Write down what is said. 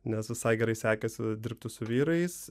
nes visai gerai sekėsi dirbti su vyrais